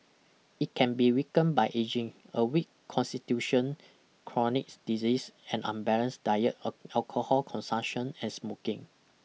it can be weakened by ageing a weak constitution chronic disease an unbalanced diet alcohol consumption and smoking